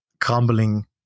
crumbling